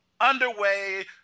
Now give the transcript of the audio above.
underway